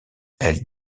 elles